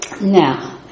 Now